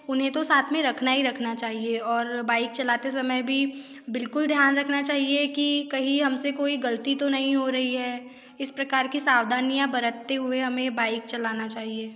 उन्हें तो साथ में रखना ही रखना चाहिए और बाइक चलाते समय भी बिल्कुल ध्यान रखना चाहिए कि कहीं हम से कोई ग़लती तो नहीं हो रही है इस प्रकार की सावधानियाँ बरतते हुए हमें बाइक चलाना चाहिए